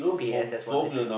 p_a_s_s one two three